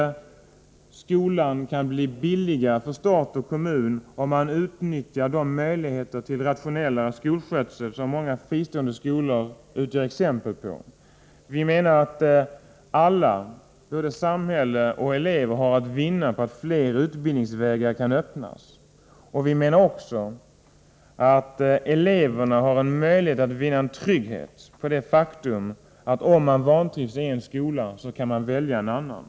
Skolan kan bli billigare för stat och kommun, om man utnyttjar de möjligheter till rationellare skolskötsel som många fristående skolor utgör exempel på. Alla — både samhälle och elever — har att vinna på att fler utbildningsvägar kan öppnas. Vi menar också att eleverna har en möjlighet att vinna trygghet genom det faktum att om man vantrivs i en skola kan man välja en annan.